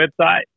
website